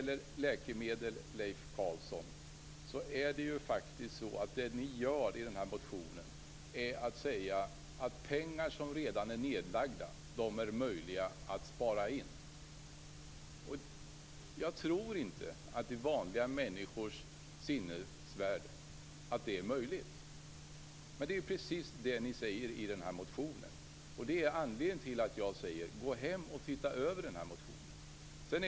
Leif Carlson, vad ni gör i motionen är att ni när det gäller läkemedel säger att pengar som redan är nedlagda är det möjligt att spara in. Jag tror inte att det är möjligt i vanliga människors sinnevärld men det är precis vad ni säger i motionen. Det är anledningen till att jag säger: Gå hem och se över motionen!